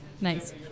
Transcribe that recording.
nice